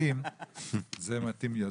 מחליפים זה מתאים יותר,